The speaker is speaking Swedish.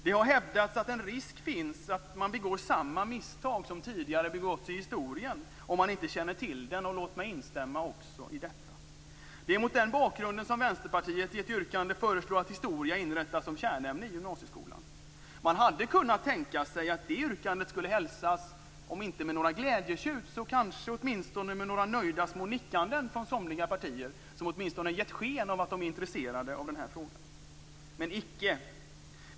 Det har hävdats att en risk finns att man begår samma misstag som tidigare begåtts i historien om man inte känner till den. Låt mig instämma också i detta. Det är mot den bakgrunden som Vänsterpartiet i ett yrkande föreslår att historia inrättas som kärnämne i gymnasieskolan. Man hade kunnat tänka sig att det yrkandet skulle hälsas med om inte glädjetjut så kanske åtminstone några nöjda små nickanden från somliga partier som åtminstone gett sken av att vara intresserade av den här frågan - men icke.